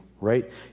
right